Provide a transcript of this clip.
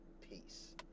Peace